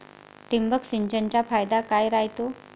ठिबक सिंचनचा फायदा काय राह्यतो?